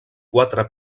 quatre